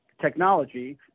technology